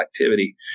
activity